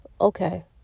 Okay